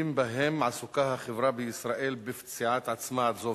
7076, 7111 ו-7122.